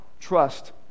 trust